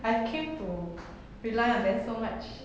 I came to rely on them so much